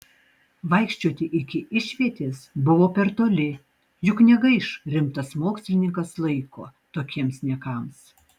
vaikščioti iki išvietės buvo per toli juk negaiš rimtas mokslininkas laiko tokiems niekams